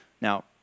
Now